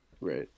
Right